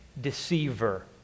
Deceiver